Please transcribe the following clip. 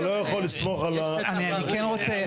אתה לא יכול לסמוך על --- אני כן רוצה.